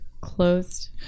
closed